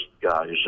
guys